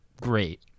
great